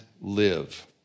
live